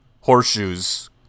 horseshoes